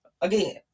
again